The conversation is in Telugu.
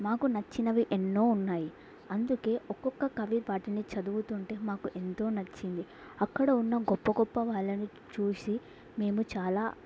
మాకు నచ్చినవి ఎన్నో ఉన్నాయి అందుకే ఒక్కొక్క కవి వాటిని చదువుతుంటే మాకు ఎంతో నచ్చింది అక్కడ ఉన్న గొప్ప గొప్ప వాళ్ళని చూసి మేము చాలా